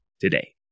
today